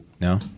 No